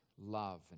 love